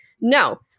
No